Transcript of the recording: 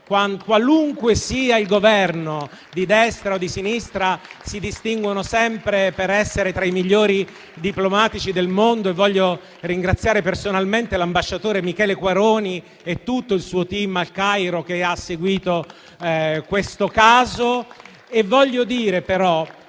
qualunque sia il Governo, di destra o sinistra, si distinguono sempre per essere tra i migliori del mondo. Voglio ringraziare personalmente l'ambasciatore Quaroni e tutto il suo *team* al Cairo, che hanno seguito il caso. Voglio dire, però,